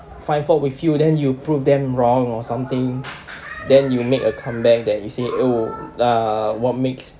find fault with you then you prove them wrong or something then you make a comeback that you say oh uh what makes